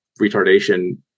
retardation